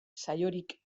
saiorik